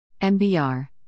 MBR